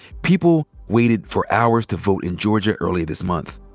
people waited for hours to vote in georgia earlier this month.